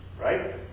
right